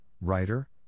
writer